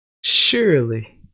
Surely